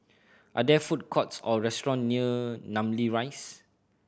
are there food courts or restaurant near Namly Rise